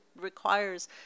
requires